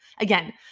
again